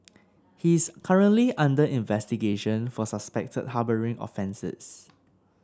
he is currently under investigation for suspected harbouring offences